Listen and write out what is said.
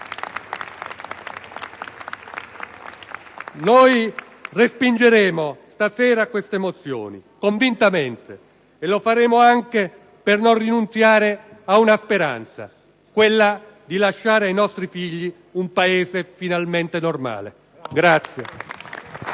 Respingeremo stasera queste mozioni convintamente, e lo faremo anche per non rinunziare ad una speranza: quella di lasciare ai nostri figli un Paese finalmente normale.